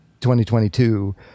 2022